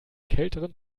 kälteren